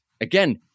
again